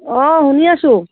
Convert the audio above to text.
অঁ শুনি আছোঁ